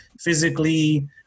physically